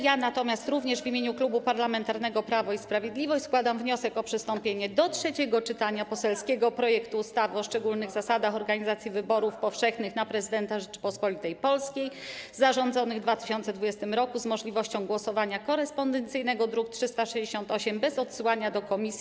Ja natomiast, również w imieniu Klubu Parlamentarnego Prawo i Sprawiedliwość, składam wniosek o przystąpienie do trzeciego czytania poselskiego projektu ustawy o szczególnych zasadach organizacji wyborów powszechnych na Prezydenta Rzeczypospolitej Polskiej zarządzonych w 2020 r. z możliwością głosowania korespondencyjnego, druk nr 368, bez odsyłania do komisji.